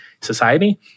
society